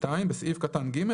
בסעיף קטן (ג),